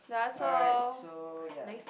alright so ya